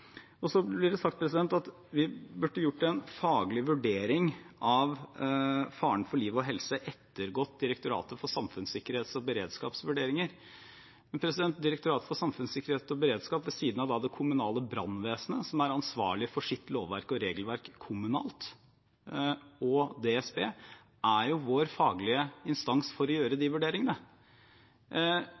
vi burde gjort en faglig vurdering av faren for liv og helse og ettergått Direktoratet for samfunnssikkerhet og beredskaps vurderinger, men DSB er jo – ved siden av det kommunale brannvesenet, som er ansvarlig for sitt lovverk og regelverk kommunalt – vår faglige instans for å gjøre de vurderingene.